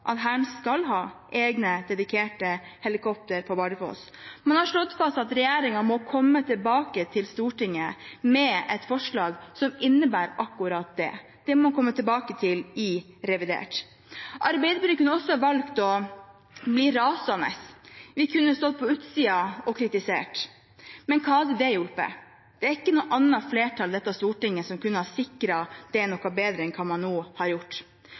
at Hæren skal ha egne dedikerte helikoptre på Bardufoss. Man har slått fast at regjeringen må komme tilbake til Stortinget med et forslag som innebærer akkurat det. Det må man komme tilbake til i revidert. Arbeiderpartiet kunne også valgt å bli rasende. Vi kunne stått på utsiden og kritisert. Men hva hadde det hjulpet? Det er ikke noe annet flertall i dette stortinget som kunne ha sikret det noe bedre enn det man nå har gjort.